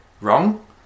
wrong